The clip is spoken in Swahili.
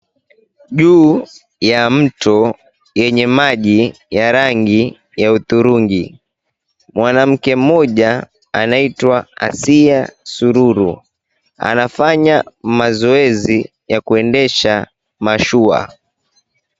Juu ya mto yenye maji ya rangi ya hudhurungi, mwanamke mmoja anaitwa Asia Sururu anafanya mazoezi ya kuendesha mashua.